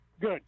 good